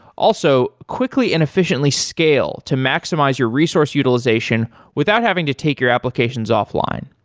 also, quickly and efficiently scale to maximize your resource utilization without having to take your applications offline.